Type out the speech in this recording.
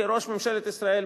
כראש ממשלת ישראל,